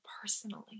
personally